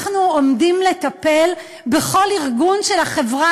אנחנו עומדים לטפל בכל ארגון של החברה